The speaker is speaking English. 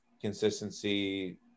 consistency